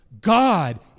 God